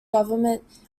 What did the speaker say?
government